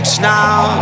now